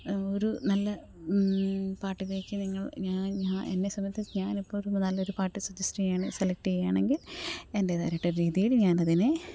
ഒരു നല്ല പാട്ടിലേക്കു നിങ്ങൾ ഞാൻ എന്നെ സംബന്ധിച്ചു ഞാൻ ഇപ്പോൾ നല്ലൊരു പാട്ട് സജസ്റ്റ് ചെയ്യാണ് സെലക്റ്റ് ചെയ്യുകയ്യാണെങ്കിൽ എൻ്റേതായ രീതിയിൽ ഞാനതിനെ